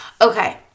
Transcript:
Okay